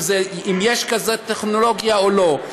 אם יש טכנולוגיה כזאת או לא,